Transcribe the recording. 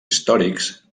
històrics